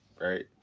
right